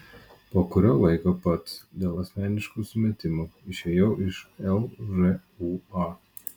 po kurio laiko pats dėl asmeniškų sumetimų išėjau iš lžūa